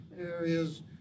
areas